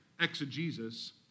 exegesis